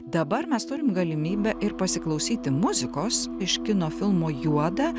dabar mes turim galimybę ir pasiklausyti muzikos iš kino filmo juoda